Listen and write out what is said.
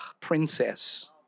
princess